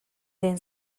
den